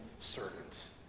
servants